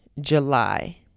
july